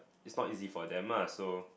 it's not easy for them mah so